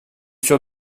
sûre